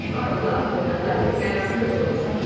i love men and i think men are the coolest.